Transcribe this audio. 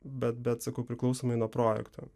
bet bet sakau priklausomai nuo projekto